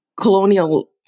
Colonial